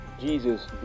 Jesus